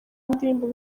indirimbo